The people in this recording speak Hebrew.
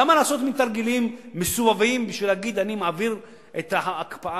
למה לעשות תרגילים מסובבים בשביל להגיד: אני מעביר את ההקפאה?